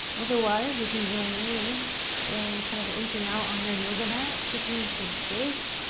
otherwise, you can join me in kind of inching out on your yoga mat, taking some space,